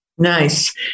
Nice